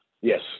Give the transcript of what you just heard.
Yes